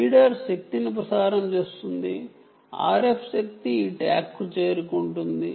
reader శక్తిని ప్రసారం చేస్తుంది RF శక్తి ఈ ట్యాగ్కు చేరుకుంటుంది